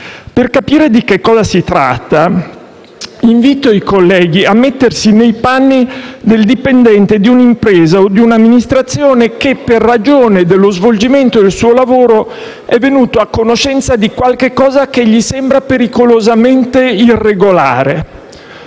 Per capire di che cosa si tratta, invito i colleghi a mettersi nei panni del dipendente di un'impresa o di un'amministrazione che, per ragione dello svolgimento del suo lavoro, è venuto a conoscenza di qualcosa che gli sembra pericolosamente irregolare: